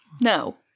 No